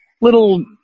little